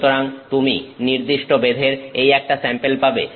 সুতরাং তুমি নির্দিষ্ট বেধের এই একটা স্যাম্পেল পাবে